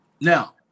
Now